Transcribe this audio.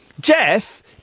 Jeff